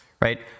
right